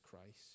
christ